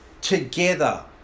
together